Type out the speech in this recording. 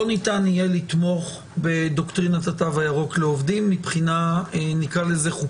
לא ניתן יהיה לתמוך בדוקטרינת התו הירוק לעובדים מבחינה חוקתית,